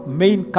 main